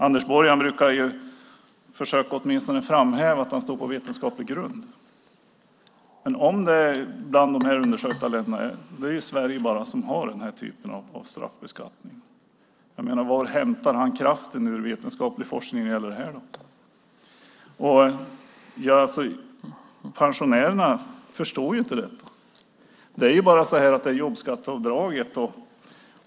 Anders Borg brukar, åtminstone försöka, hävda att han står på vetenskaplig grund. Bland de undersökta länderna är det bara Sverige som har den typen av straffbeskattning. Var i vetenskaplig forskning hämtar han kraften när det gäller detta? Pensionärerna förstår inte detta.